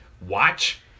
Watch